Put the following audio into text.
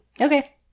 Okay